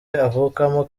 avukamo